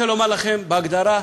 אני רוצה לומר לכם, בהגדרה,